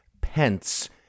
Pence